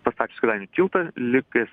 pastačius kėdainių tiltą likęs